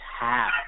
half